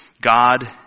God